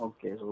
Okay